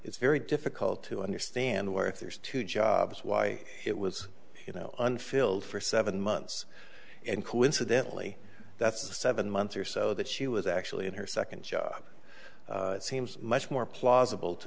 it's very difficult to understand where if there's two jobs why it was you know unfilled for seven months and coincidentally that's seven months or so that she was actually in her second job it seems much more plausible to